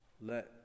Let